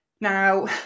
Now